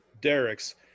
Derek's